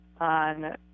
on